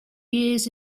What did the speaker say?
years